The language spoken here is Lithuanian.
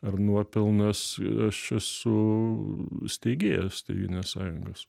ar nuopelnas aš esu steigėjas tėvynės sąjungos